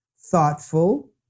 thoughtful